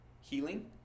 healing